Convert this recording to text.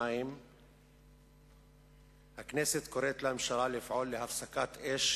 2. הכנסת קוראת לממשלה לפעול להפסקת אש,